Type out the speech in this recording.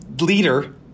leader